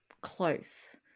close